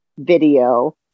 video